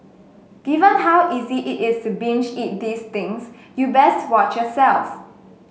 given how easy it is to binge eat these things you best watch yourself